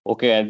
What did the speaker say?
Okay